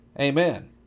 Amen